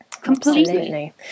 completely